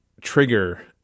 trigger